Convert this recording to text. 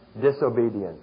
Disobedience